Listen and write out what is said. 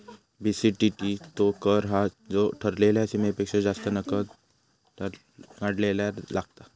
BCTT तो कर हा जो ठरलेल्या सीमेपेक्षा जास्त नगद काढल्यार लागता